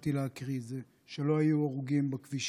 שהתחלתי להקריא את זה שלא היו בו הרוגים בכבישים,